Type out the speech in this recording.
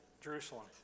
Jerusalem